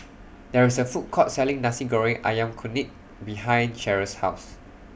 There IS A Food Court Selling Nasi Goreng Ayam Kunyit behind Cheryl's House